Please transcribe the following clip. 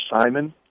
Simon